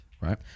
right